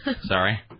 sorry